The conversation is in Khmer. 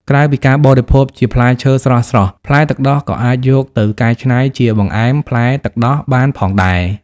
ក្រៅពីការបរិភោគជាផ្លែឈើស្រស់ៗ ផ្លែទឹកដោះក៏អាចយកទៅកែច្នៃជាបង្អែមផ្លែទឹកដោះបានផងដែរ។